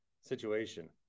situation